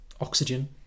Oxygen